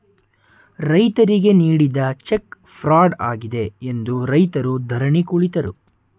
ರೈತರಿಗೆ ನೀಡಿದ cheque fraud ಆಗಿದೆ ಎಂದು ರೈತರು ಧರಣಿ ಕುಳಿತರು